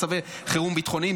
מצבי חירום ביטחוניים.